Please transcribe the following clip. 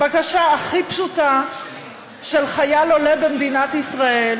הבקשה הכי פשוטה של חייל עולה במדינת ישראל,